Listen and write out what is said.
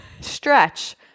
stretch